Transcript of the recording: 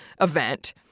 event